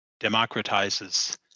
democratizes